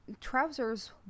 trousers